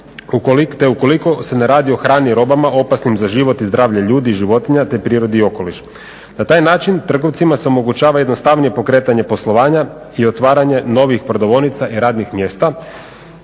te ukoliko se ne radi o hrani i robama opasnim za život i zdravlje ljudi i životinja te prirodi i okolišu. Na taj način trgovcima se omogućava jednostavnije pokretanje poslovanja i otvaranje novih prodavaonica i radnih mjesta